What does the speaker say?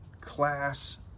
class